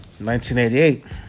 1988